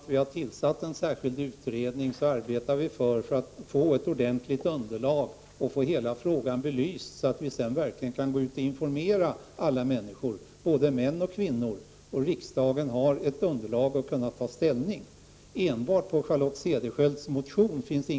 Herr talman! En särskild utredning har ju tillsatts för att riksdagen skall få ett ordentligt underlag för sitt ställningstagande och för att hela frågan skall bli belyst, så att vi sedan verkligen kan informera alla människor — både män och kvinnor. Men det finns ingen möjlighet att fatta beslut här enbart utifrån Charlotte Cederschiölds motion.